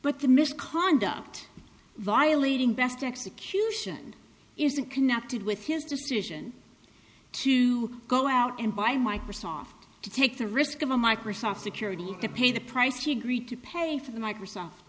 but the misconduct violating best execution isn't connected with his decision to go out and buy microsoft to take the risk of a microsoft security to pay the price he agreed to pay for the microsoft